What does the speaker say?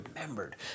remembered